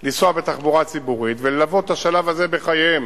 לנסוע בתחבורה ציבורית וללוות את השלב הזה בחייהם